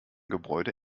gebäude